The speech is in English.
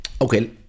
okay